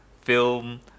film